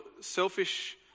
selfish